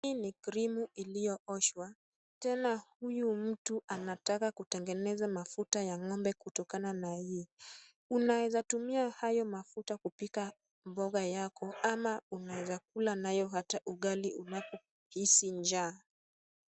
Hii ni krimu iliyooshwa tena huyu mtu anataka kutengeneza mafuta ya ng'ombe kutokana na hii. Unaeza tumia hayo mafuta kupika mboga yako ama unaeza kula nayo hata ugali unapohisi njaa.